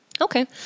Okay